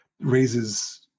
raises